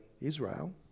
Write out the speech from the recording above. Israel